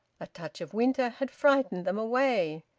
a touch of winter had frightened them away.